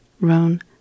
Roan